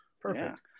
Perfect